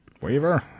Weaver